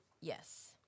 Yes